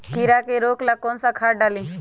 कीड़ा के रोक ला कौन सा खाद्य डाली?